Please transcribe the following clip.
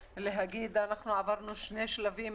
ולהגיד, אנחנו עברנו שני שלבים.